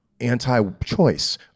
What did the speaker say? anti-choice